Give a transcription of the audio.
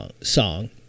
song